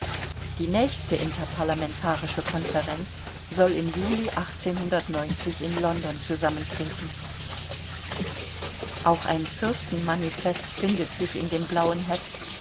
die nächste interparlamentarische konferenz soll im juli in london zusammentreten auch ein fürstenmanifest findet sich in dem blauen heft